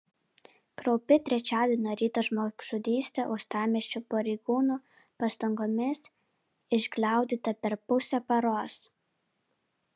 kraupi trečiadienio ryto žmogžudystė uostamiesčio pareigūnų pastangomis išgliaudyta per pusę paros